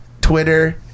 Twitter